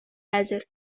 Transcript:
әзер